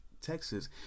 Texas